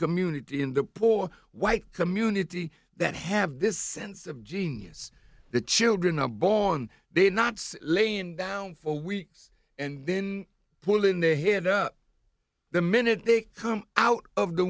community in the poor white community that have this sense of genius the children are born they not laying down for weeks and then pulling their head up the minute they come out of the